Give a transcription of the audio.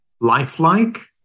lifelike